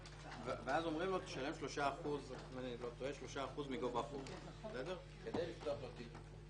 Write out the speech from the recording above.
ואז אומרים לו: תשלם 3% מגובה החוב כדי לפתוח לו תיק איחוד.